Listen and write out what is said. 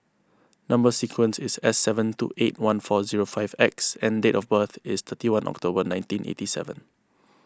Number Sequence is S seven two eight one four zero five X and date of birth is thirty one October nineteen eighty seven